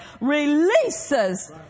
releases